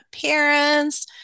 parents